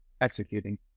executing